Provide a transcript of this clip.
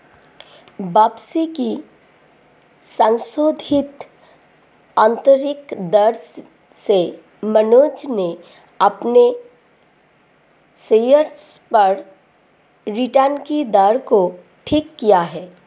वापसी की संशोधित आंतरिक दर से मनोज ने अपने शेयर्स पर रिटर्न कि दर को ठीक किया है